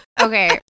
Okay